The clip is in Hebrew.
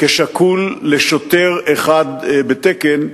כשקול לשוטר אחד בתקן,